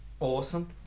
Awesome